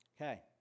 Okay